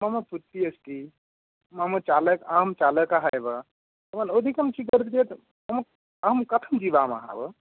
मम पुत्री अस्ति मम चालक् अहं चालकः एव भवान् अधिकं स्वीकरोति चेत् मम अहं कथं जीवामः भोः